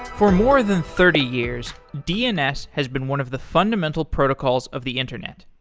for more than thirty years, dns has been one of the fundamental protocols of the internet.